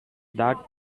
that